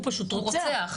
הוא פשוט רוצח.